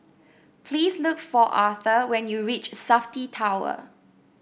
please look for Authur when you reach Safti Tower